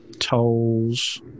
Tolls